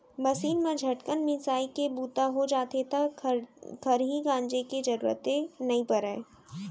machine म झटकन मिंसाइ के बूता हो जाथे त खरही गांजे के जरूरते नइ परय